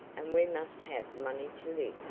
and we must have money to live.